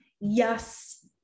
yes